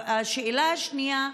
השאלה השנייה: